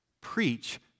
preach